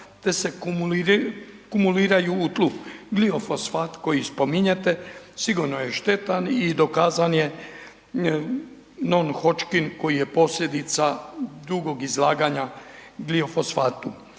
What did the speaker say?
te se kumuliraju u tlu. Gliofosfat koji spominjete sigurno je štetan i dokazan je Non-Hodgkins koji je posljedica dugog izlaganja gliofosfatu.